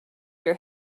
your